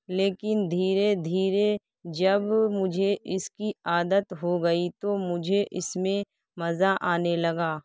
لیکن دھیرے دھیرے جب مجھے اس کی عادت ہو گئی تو مجھے اس میں مزہ آنے لگا